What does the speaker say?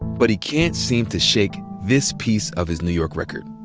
but he can't seem to shake this piece of his new york record.